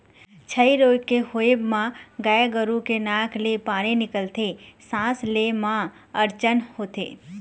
छई रोग के होवब म गाय गरु के नाक ले पानी निकलथे, सांस ले म अड़चन होथे